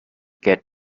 get